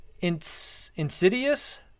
insidious